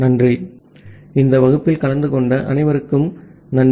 ஆகவே இந்த வகுப்பில் கலந்து கொண்ட அனைவருக்கும் நன்றி